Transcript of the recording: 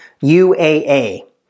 UAA